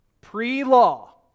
Pre-law